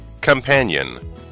Companion